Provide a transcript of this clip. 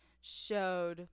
showed